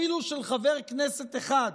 אפילו של חבר כנסת אחד,